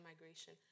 migration